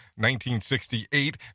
1968